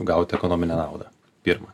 gauti ekonominę naudą pirma